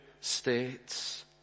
states